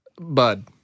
Bud